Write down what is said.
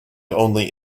only